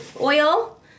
oil